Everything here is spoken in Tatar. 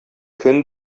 көн